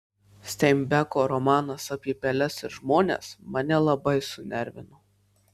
steinbeko romanas apie peles ir žmones mane labai sunervino